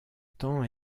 temps